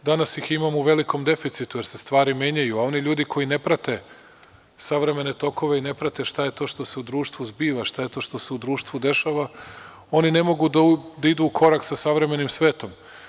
Danas ih imamo u velikom deficitu, jer se stvari menjaju, a oni ljudi koji ne prate savremene tokove, ne prate šta je to što se u društvu zbiva, šta je to što se u društvu dešava, oni ne mogu da idu u korak sa savremenim svetom.